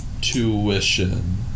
tuition